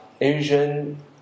Asian